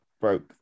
broke